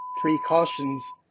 precautions